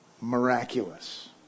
miraculous